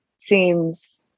seems